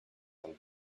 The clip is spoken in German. ein